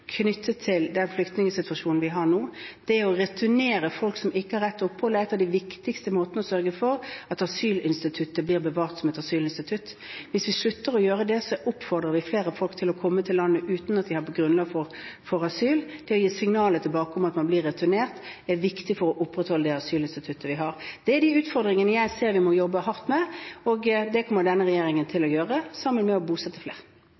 knyttet til den flyktningsituasjonen vi har nå. Det å returnere folk som ikke har rett til opphold, er en av de viktigste måtene å sørge for at asylinstituttet blir bevart som asylinstitutt. Hvis vi slutter å gjøre det, oppfordrer vi flere folk til å komme til landet uten at det er grunnlag for asyl. Det å gi signaler tilbake om at man blir returnert, er viktig for å opprettholde det asylinstituttet vi har. Det er de utfordringene jeg ser vi må jobbe hardt med, og det kommer denne regjeringen til å gjøre, sammen med det å bosette flere.